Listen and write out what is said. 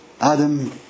Adam